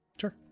sure